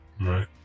right